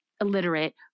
Illiterate